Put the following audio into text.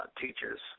teachers